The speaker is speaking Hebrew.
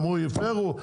אמרו שהפרו,